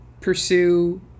pursue